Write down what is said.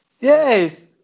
Yes